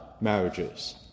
marriages